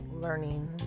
learning